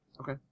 Okay